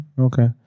Okay